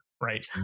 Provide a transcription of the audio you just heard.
right